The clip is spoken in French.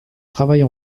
travaille